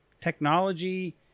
technology